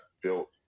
built